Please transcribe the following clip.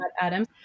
adam